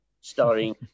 starring